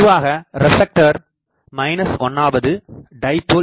பொதுவாக ரெப்லெக்டர் 1 வது டைபோல்